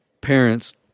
parents